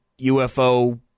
UFO